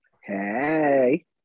Hey